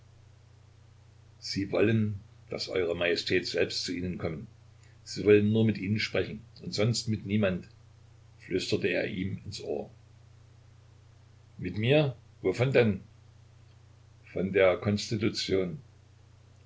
sie wollen daß eure majestät selbst zu ihnen kommen sie wollen nur mit ihnen sprechen und sonst mit niemand flüsterte er ihm ins ohr mit mir wovon denn von der